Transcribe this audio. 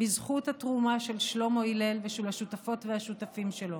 בזכות התרומה של שלמה הלל ושל השותפות והשותפים שלו.